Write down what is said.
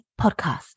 podcast